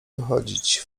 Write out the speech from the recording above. wychodzić